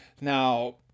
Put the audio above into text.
Now